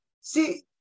See